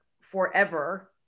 forever